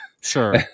Sure